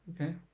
Okay